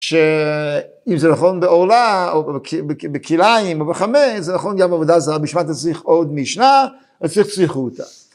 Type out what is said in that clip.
שאם זה נכון בעולה או בכלאיים או בחמץ, זה נכון גם בעבודה זרה, בשביל מה אתה צריך עוד משנה? אז זה צריכותא.